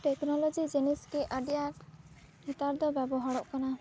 technology ᱡᱤᱱᱤᱥ ᱜᱮ ᱟᱹᱰᱤ ᱟᱸᱴ ᱱᱮᱛᱟᱨ ᱫᱚ ᱵᱮᱵᱚᱦᱟᱨᱚᱜ ᱠᱟᱱᱟ